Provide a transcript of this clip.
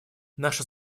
наша